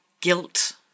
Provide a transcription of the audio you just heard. guilt